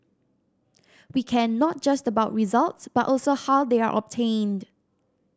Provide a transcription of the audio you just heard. we care not just about results but also how they are obtained